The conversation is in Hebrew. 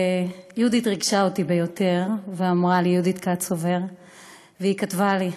יהודית קצובר ריגשה אותי ביותר ואמרה לי, כתבה לי: